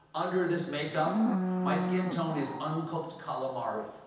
under this makeup my skin tone is uncooked calamari.